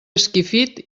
esquifit